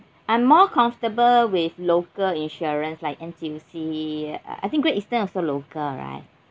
I'm more comfortable with local insurance like N_T_U_C uh I think Great Eastern also local right